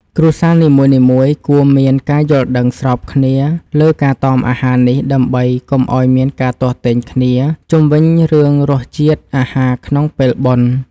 គ្រួសារនីមួយៗគួរមានការយល់ដឹងស្របគ្នាលើការតមអាហារនេះ ដើម្បី កុំឱ្យមានការទាស់ទែងគ្នាជុំវិញរឿងរសជាតិអាហារក្នុងពេលបុណ្យ។